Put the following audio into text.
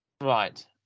Right